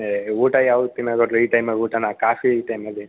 ಏಯ್ ಊಟ ಯಾವ್ದು ತಿನ್ನೋದು ಗೌಡರೇ ಈ ಟೈಮಾಗ ಊಟನಾ ಕಾಫಿ ಈ ಟೈಮಲ್ಲಿ